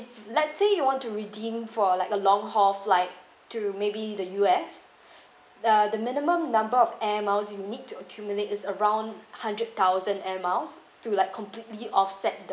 let's say you want to redeem for like a long haul flight to maybe the U_S uh the minimum number of air miles you need to accumulate is around hundred thousand air miles to like completely offset